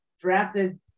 drafted